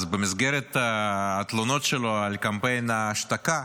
אז במסגרת התלונות שלו על קמפיין ההשתקה,